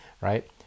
right